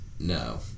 No